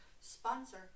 Sponsor